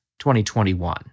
2021